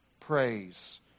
praise